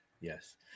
Yes